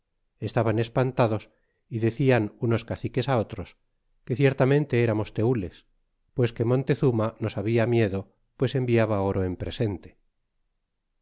estaban espantados y decian unos caciques otros que ciertamente éramos teules pues que montezuma nos habla miedo pues enviaba oro en presente